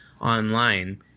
online